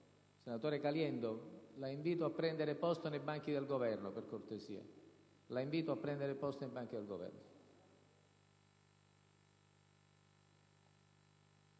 Senatore Caliendo, la invito a prendere posto nei banchi del Governo, per cortesia.